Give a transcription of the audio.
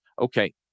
okay